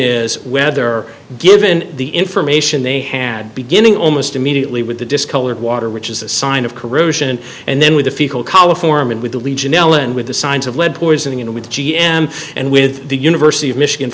is whether given the information they had beginning almost immediately with the discolored water which is a sign of corrosion and then with the fecal coliform and with the legionella and with the signs of lead poisoning and with g m and with the university of michigan